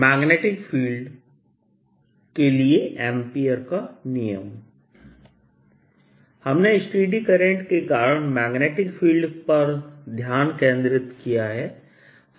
magnetic field के लिए ampere का नियम हमने स्टेडी करंट के कारण मैग्नेटिक फील्ड पर ध्यान केंद्रित किया है